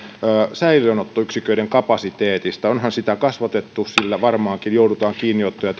säilöönottoyksiköiden kapasiteetista onhan sitä kasvatettu sillä varmaankin joudutaan kiinniottoja